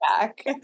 back